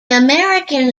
american